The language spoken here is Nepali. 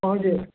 हजुर